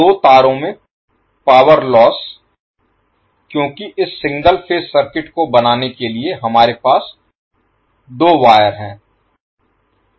दो तारों में पावर लोस्स क्योंकि इस सिंगल फेज सर्किट को बनाने के लिए हमारे पास दो वायर हैं